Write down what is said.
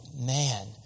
man